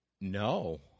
No